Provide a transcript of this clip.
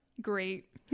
great